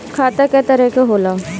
खाता क तरह के होला?